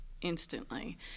instantly